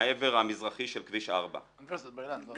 מהעבר המזרחי של כביש 4. אוניברסיטת בר אילן.